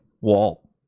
wall